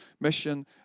mission